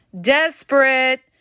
desperate